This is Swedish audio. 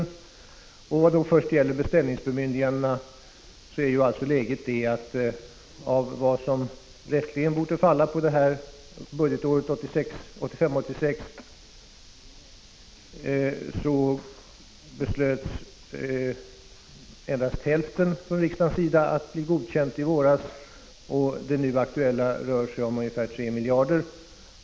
Läget när det gäller beställningsbemyndigandena är att riksdagen i våras fattade beslut om att godkänna endast hälften av vad som rätteligen borde falla på detta budgetår, 1985/86. Det nu aktuella beloppet rör sig om ungefär 3 miljarder.